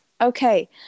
Okay